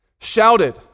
shouted